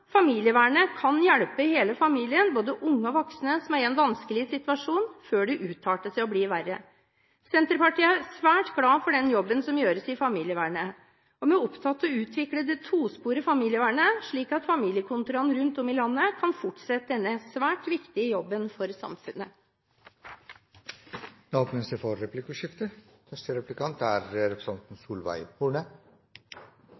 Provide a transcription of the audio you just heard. Familievernet kan hjelpe hele familien, både unge og voksne som er i en vanskelig situasjon, før det utarter og blir verre. Senterpartiet er svært glad for den jobben som gjøres i familievernet, og vi er opptatt av å utvikle det tosporede familievernet, slik at familiekontorene rundt om i landet kan fortsette denne svært viktige jobben for samfunnet. Det blir replikkordskifte. Det var et sterkt innlegg fra representanten og kanskje en vekker for